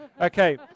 Okay